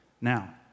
Now